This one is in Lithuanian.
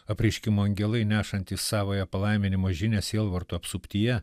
apreiškimo angelai nešantys savąją palaiminimo žinią sielvarto apsuptyje